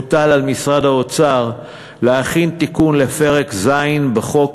הוטל על משרד האוצר להכין תיקון לפרק ז' בחוק,